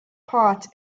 part